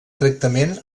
tractament